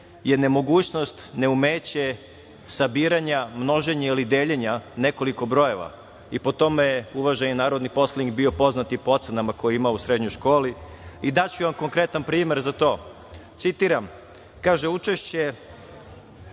nemogućnost, neumeće sabiranja, množenja ili deljenja nekoliko brojeva. Po tome je uvaženi narodni poslanik bio poznat i po ocenama koje je imao u srednjoj školi. Daću vam konkretan primer za to. Citiram, kaže – učešće